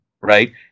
right